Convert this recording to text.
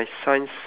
ya